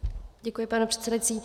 Děkuji, pane předsedající.